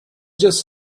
just